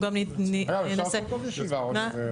אפשר לעשות עוד ישיבה.